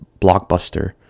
blockbuster